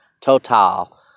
Total